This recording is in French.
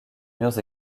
murs